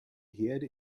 herde